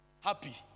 happy